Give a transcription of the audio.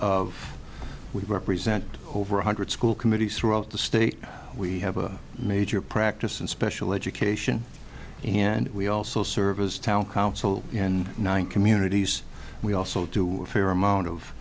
of we represent over one hundred school committee surat the state we have a major practice and special education and we also service town council and now in communities we also do a fair amount of